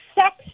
sex